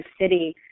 city